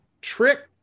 Trick